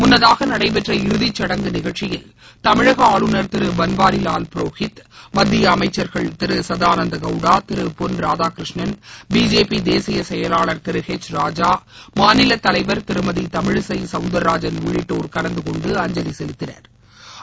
முன்னதாக நடைபெற்ற இறுதிச்சடங்கு நிகழ்ச்சியில் தமிழக ஆளுநர் திரு பன்வாரிவால் புரோகித் மத்திய அமைச்சர்கள் திரு சதானந்தகவுடா திரு பொன் ராதாகிருஷ்ணன் பிஜேபி தேசிய செயலாளர் திரு ஹெச் ராஜா மாநிலத்தலைவா் திருமதி தமிழிசை சவுந்தரராஜன் உள்ளிட்டோா் கலந்து கொண்டு அஞ்சலி செலுத்தினா்